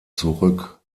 zurück